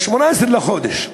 ב-18 בחודש,